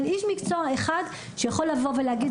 אין איש מקצוע אחד שיכול לבוא ולהגיד,